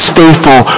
faithful